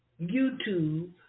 YouTube